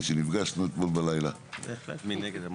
מי נגד?